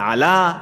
תעלה?